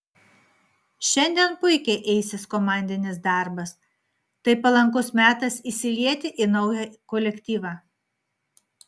šiandien puikiai eisis komandinis darbas tai palankus metas įsilieti į naują kolektyvą